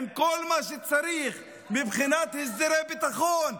עם כל מה שצריך מבחינת הסדרי ביטחון,